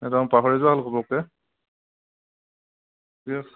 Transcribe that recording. একদম পাহৰি যোৱা গ'ল ঘপককৈ